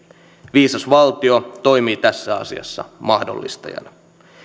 viisas valtio toimii tässä asiassa mahdollistajana